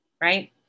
right